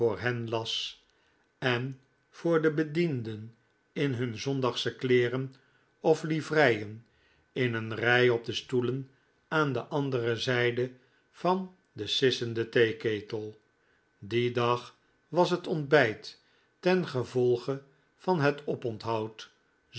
hen las en voor de bedienden in hun zondagsche kleeren of livreien in een rij op de stoelen aan de andere zijde van den sissenden theeketel dien dag was het ontbijt tengevolge van het oponthoud